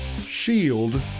shield